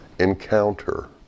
encounter